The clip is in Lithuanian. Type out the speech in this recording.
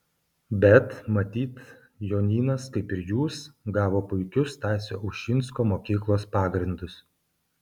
bet matyt jonynas kaip ir jūs gavo puikius stasio ušinsko mokyklos pagrindus